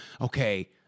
okay